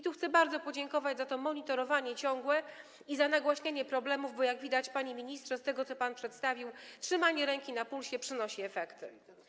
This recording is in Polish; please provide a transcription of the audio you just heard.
Tu chcę bardzo podziękować za to ciągłe monitorowanie i za nagłaśnianie problemów, bo, jak widać, panie ministrze, z tego, co pan przedstawił, trzymanie ręki na pulsie przynosi efekty.